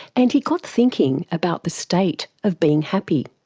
and he got thinking about the state of being happy.